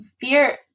fear